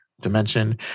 Dimension